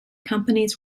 companies